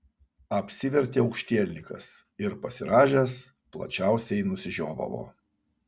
apsivertė aukštielninkas ir pasirąžęs plačiausiai nusižiovavo